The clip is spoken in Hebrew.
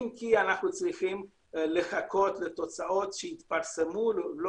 אם כי אנחנו צריכים לחכות לתוצאות שיתפרסמו לא